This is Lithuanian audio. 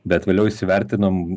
bet vėliau įsivertinom